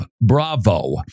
Bravo